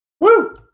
Woo